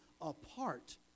apart